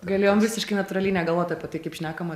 galėjom visiškai natūraliai negalvot apie tai kaip šnekam